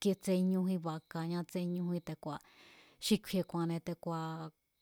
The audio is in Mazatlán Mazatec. kí tsé ñújín bakaña tsé ñújín xi kju̱i̱e̱ ku̱a̱nne̱ te̱ku̱a̱.